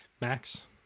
Max